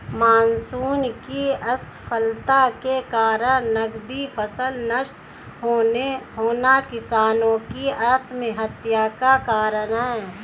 monsoon की असफलता के कारण नकदी फसल नष्ट होना किसानो की आत्महत्या का कारण है